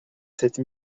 cette